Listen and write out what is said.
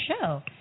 show